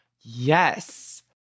Yes